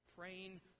Praying